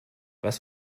was